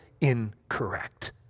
incorrect